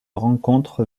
rencontre